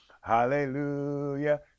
hallelujah